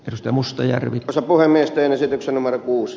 risto mustajärvi puhemiesten esityksen markkuus